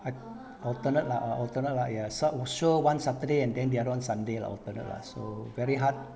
I alternate lah or alternate lah ya sub was sure one saturday and then the other [one] sunday lah alternate lah so very hard